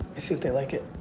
see if they like it.